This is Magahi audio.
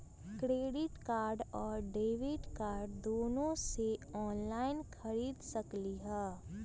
क्रेडिट कार्ड और डेबिट कार्ड दोनों से ऑनलाइन खरीद सकली ह?